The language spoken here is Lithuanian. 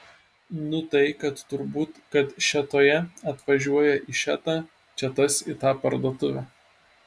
nu tai kad turbūt kad šėtoje atvažiuoja į šėtą čia tas į tą parduotuvę